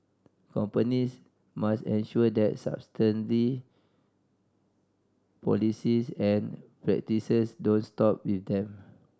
companies must ensure that sustainable policies and practices don't stop with them